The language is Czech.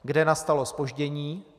Kde nastalo zpoždění?